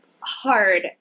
hard